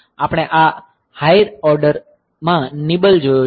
આપણે આ હાઈર ઓર્ડરમાં નિબલ જોયો છે